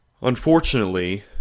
unfortunately